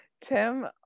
Tim